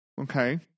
okay